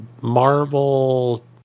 Marvel